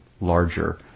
larger